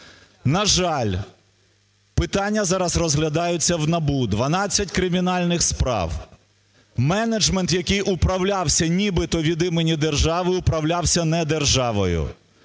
На жаль, питання зараз розглядаються в НАБУ, дванадцять кримінальних справ, менеджмент, який управлявся нібито від імені держави, управлявся не державою,